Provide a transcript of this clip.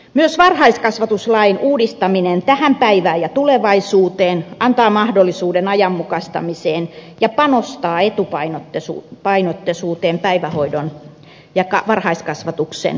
myös varhaiskasvatuslain uudistaminen tähän päivään ja tulevaisuuteen antaa mahdollisuuden ajanmukaistamiseen ja panostaa etupainotteisuuteen päivähoidon ja varhaiskasvatuksen osalta